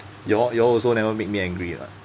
you all you all also never make me angry lah